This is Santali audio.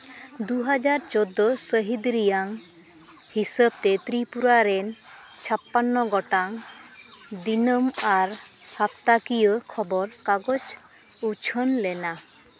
ᱫᱩ ᱦᱟᱡᱟᱨ ᱪᱳᱫᱫᱳ ᱥᱟᱹᱦᱤᱛ ᱨᱮᱭᱟᱜ ᱦᱤᱥᱟᱹᱵᱽ ᱛᱮ ᱛᱨᱤᱯᱩᱨᱟ ᱨᱮᱱ ᱪᱷᱟᱯᱟᱱᱱᱚ ᱜᱚᱴᱟᱝ ᱫᱤᱱᱟᱹᱢ ᱟᱨ ᱦᱟᱯᱛᱟᱠᱤᱭᱟᱹ ᱠᱷᱚᱵᱚᱨ ᱠᱟᱜᱚᱡᱽ ᱩᱪᱷᱟᱹᱱ ᱞᱮᱱᱟ